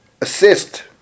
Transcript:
assist